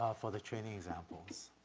ah for the training examples.